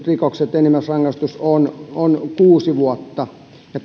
rikokset enimmäisrangaistus on on kuusi vuotta ja